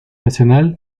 nacional